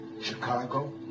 Chicago